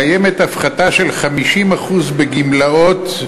קיימת הפחתה של 50% בגמלאות,